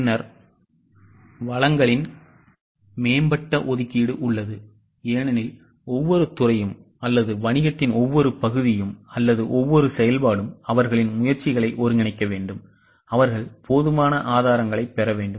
பின்னர் வளங்களின் மேம்பட்ட ஒதுக்கீடு உள்ளது ஏனெனில் ஒவ்வொரு துறையும் அல்லது வணிகத்தின் ஒவ்வொரு பகுதியும் அல்லது ஒவ்வொரு செயல்பாடும் அவர்களின் முயற்சிகளை ஒருங்கிணைக்க வேண்டும் அவர்கள் போதுமான ஆதாரங்களைப் பெற வேண்டும்